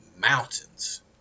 mountains